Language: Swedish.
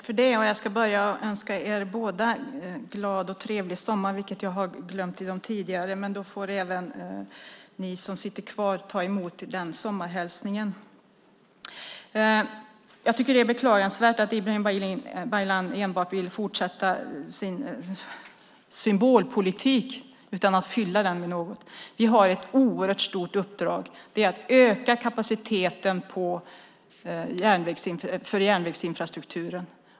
Fru talman! Jag ska börja med att önska er båda glad och trevlig sommar. Jag glömde det i de tidigare debatterna, men då får även ni som sitter kvar ta emot den sommarhälsningen. Det är beklagansvärt att Ibrahim Baylan enbart vill fortsätta sin symbolpolitik utan att fylla den med något. Vi har ett oerhört stort uppdrag, och det är att öka kapaciteten för järnvägsinfrastrukturen.